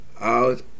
out